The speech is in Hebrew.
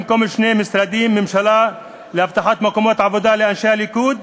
במקום שני משרדי ממשלה להבטחת מקומות עבודה לאנשי הליכוד,